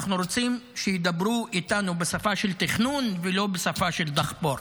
אנחנו רוצים שידברו אתנו בשפה של תכנון ולא בשפה של דחפור,